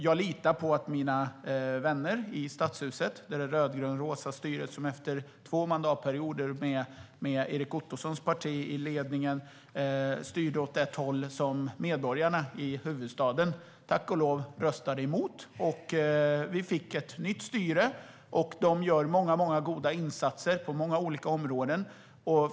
Jag litar på mina vänner i Stadshuset. Det röd-grön-rosa styret fick ta över efter två mandatperioder med Erik Ottosons parti i ledningen som styrde åt ett håll som medborgarna i huvudstaden tack och lov röstade emot så att vi fick ett nytt styre. Det röd-grön-rosa styret gör många goda insatser, på många olika områden.